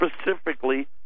specifically